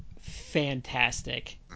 fantastic